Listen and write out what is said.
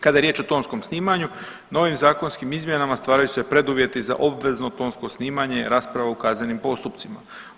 Kada je riječ o tonskom snimanju novim zakonskim izmjenama stvaraju se preduvjeti za obvezno tonsko snimanje rasprava u kaznenim postupcima.